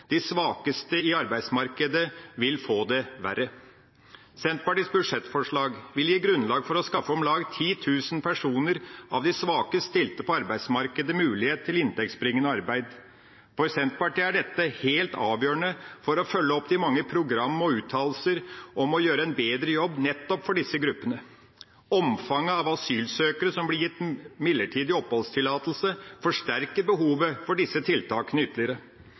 De svakeste i arbeidsmarkedet vil få det verre. Senterpartiets budsjettforslag vil gi grunnlag for å skaffe om lag 10 000 av de svakest stilte personene på arbeidsmarkedet mulighet til inntektsbringende arbeid. For Senterpartiet er dette helt avgjørende for å følge opp de mange program og uttalelser om å gjøre en bedre jobb nettopp for disse gruppene. Omfanget av asylsøkere som blir gitt midlertidig oppholdstillatelse, forsterker behovet for disse tiltakene ytterligere.